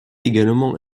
également